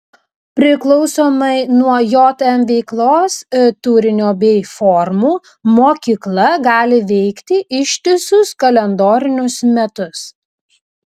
priklausomai nuo jm veiklos turinio bei formų mokykla gali veikti ištisus kalendorinius metus